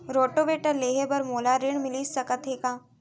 Rotavator लेहे बर मोला ऋण मिलिस सकत हे का?